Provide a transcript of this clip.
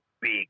big